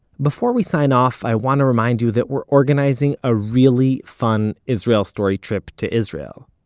before we sign off, i want to remind you that we're organizing a really fun israel story trip to israel.